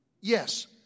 Yes